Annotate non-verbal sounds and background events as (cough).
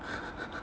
(laughs)